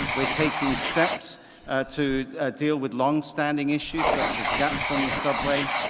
we're taking steps to deal with long-standing issues such as gaps on the subway,